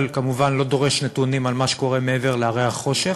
אבל כמובן לא דורש נתונים על מה שקורה מעבר להרי החושך,